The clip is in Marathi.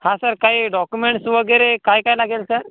हा सर काही डॉक्युमेंट्स वगैरे काय काय लागेल सर